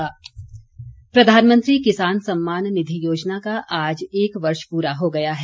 किसान निधि प्रधानमंत्री किसान सम्मान निधि योजना का आज एक वर्ष पूरा हो गया है